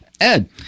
Ed